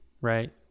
right